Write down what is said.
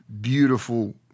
Beautiful